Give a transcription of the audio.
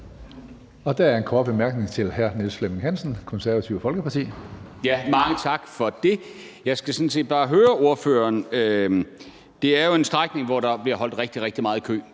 Der er en kort bemærkning til hr. Niels Flemming Hansen, Det Konservative Folkeparti. Kl. 16:44 Niels Flemming Hansen (KF): Mange tak for det. Det er jo en strækning, hvor der bliver holdt rigtig, rigtig meget i kø,